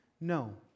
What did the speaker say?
No